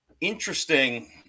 interesting